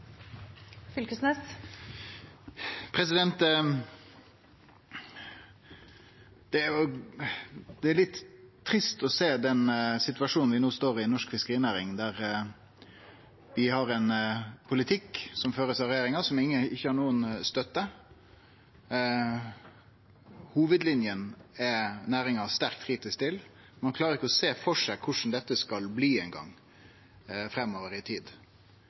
litt trist å sjå den situasjonen vi nå står i i norsk fiskerinæring, der vi har ein politikk som blir ført av regjeringa, men som ikkje har støtte. Næringa er sterkt kritisk til hovudlinja. Ein klarer ikkje eingong å sjå for seg korleis dette skal bli framover i tid.